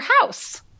house